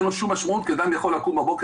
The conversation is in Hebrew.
אין לו שום משמעות כי אדם יכול לקום בבוקר